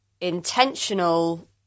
intentional